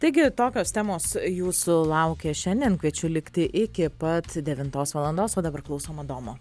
taigi tokios temos jūsų laukia šiandien kviečiu likti iki pat devintos valandos o dabar klausom adomo